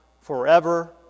forever